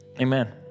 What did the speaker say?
Amen